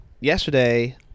yesterday